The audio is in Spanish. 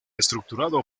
estructurado